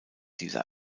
dieser